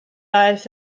aeth